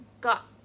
got